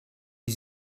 wie